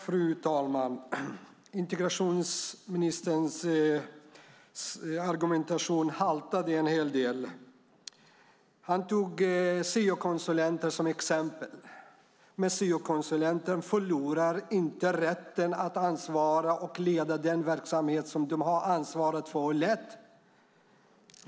Fru talman! Ministerns argumentation haltade en hel del. Han tog syokonsulenter som exempel. Men syokonsulenter förlorar inte rätten att ansvara för och leda den verksamhet som de har ansvarat för och lett.